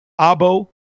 Abo